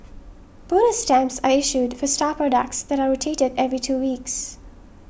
bonus stamps are issued for star products that are rotated every two weeks